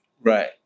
right